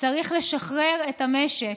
צריך לשחרר את המשק.